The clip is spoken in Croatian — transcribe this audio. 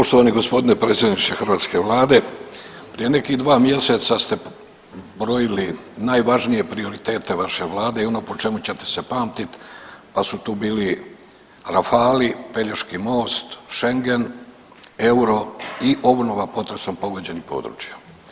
Poštovani g. predsjedniče hrvatske vlade, prije nekih dva mjeseca ste brojili najvažnije prioritete vaše vlade i ono po čemu ćete se pamtit, pa su tu bili rafali, Pelješki most, šengen, euro i obnova potresom pogođenih područja.